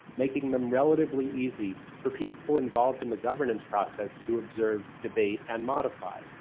making them relatively easy for people involved in the governance process to observe debate and modify.